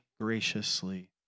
graciously